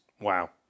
wow